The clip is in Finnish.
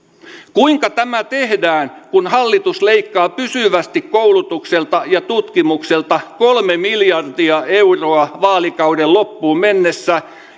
kuinka tämä tehdään kun hallitus leikkaa pysyvästi koulutukselta ja tutkimukselta kolme miljardia euroa vaalikauden loppuun mennessä